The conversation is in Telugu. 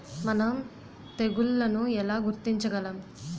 మనం తెగుళ్లను ఎలా గుర్తించగలం?